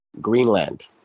Greenland